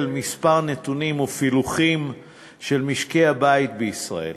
כמה נתונים ופילוחים של משקי הבית בישראל.